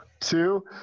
two